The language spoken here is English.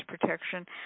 protection